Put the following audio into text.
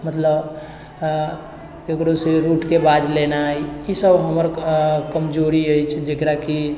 मतलब ककरोसँ रूठके बाजि लेनाइ ईसब हमर कमजोरी अछि जकराकि